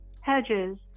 hedges